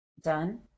done